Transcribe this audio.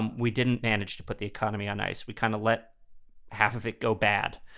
and we didn't manage to put the economy on ice. we kind of let half of it go bad.